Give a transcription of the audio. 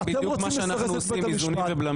אתם רוצים לסרס את בתי המשפט.